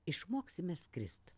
išmoksime skrist